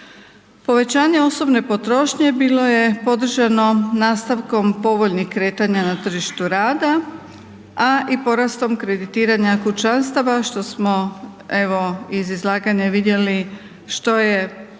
Povećanje osobne potrošnje bilo je podržano nastavkom povoljnih kretanja na tržištu rada, a i porastom kreditiranja kućanstava što smo evo iz izlaganja vidjeli što je pridonijelo